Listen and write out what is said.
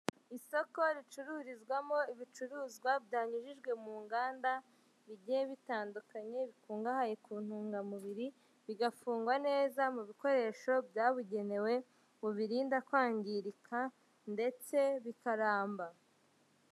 Isoko ricururizwamo ibicuruzwa byanyujijwe mu nganda bigiye bitandukanye bikungahaye ku ntungamubiri, bigafungwa neza mu bikoresho byabugenewe, bibirinda kwangirika ndetse bikaramba.